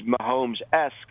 Mahomes-esque